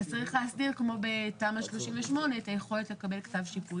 אז צריך להסדיר כמו בתמ"א 38 את היכולת לקבל כתב שיפוי